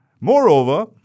Moreover